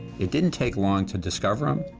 it didn't take long to discover them.